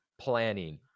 planning